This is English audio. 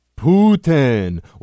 Putin